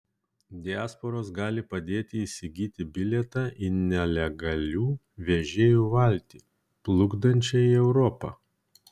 diasporos gali padėti įsigyti bilietą į nelegalių vežėjų valtį plukdančią į europą